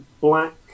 black